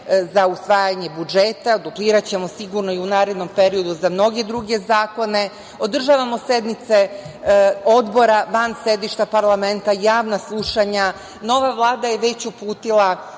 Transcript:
za usvajanje budžeta, dupliraćemo sigurno i u narednom periodu za mnoge druge zakone, održavamo sednice odbora van sedišta parlamenta, javna slušanja. Nova Vlada je već uputila